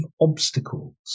obstacles